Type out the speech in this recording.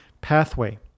pathway